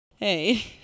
Hey